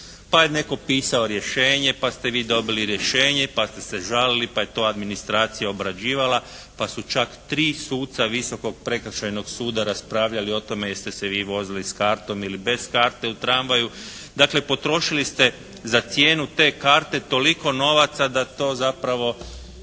pa je netko pisao rješenje, pa ste vi dobili rješenje, pa ste se žalili, pa je to administracija obrađivala, pa su čak tri suca Visokog prekršajnog suda raspravljali o tome jeste se vi vozili s kartom ili bez karte u tramvaju. Dakle, potrošili ste za cijenu te karte toliko novaca da to zapravo